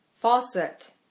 faucet